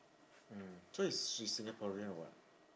mm so is she's singaporean or what